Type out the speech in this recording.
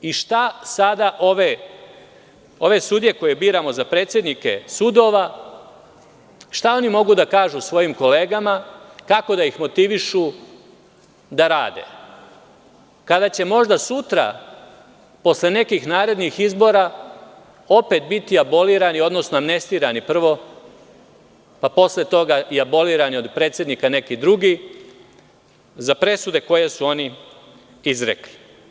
Šta sada ove sudije, koje biramo za predsednike sudova, mogu da kažu svojim kolegama, kako da ih motivišu da rade, kada će možda sutra, posle nekih narednih izbora, opet biti abolirani, odnosno amnestirani prvo, pa posle toga i abolirani od predsednika neki drugi, za presude koje su oni izrekli?